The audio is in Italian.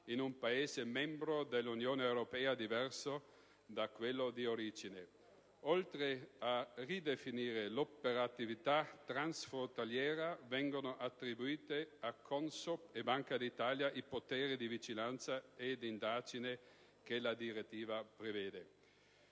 in un Paese membro dell'Unione europea diverso da quello di origine. Oltre a ridefinire l'operatività transfrontaliera, vengono attribuite a CONSOB e Banca d'Italia i poteri di vigilanza e d'indagine che la direttiva prevede.